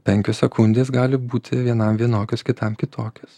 penkios sekundės gali būti vienam vienokios kitam kitokios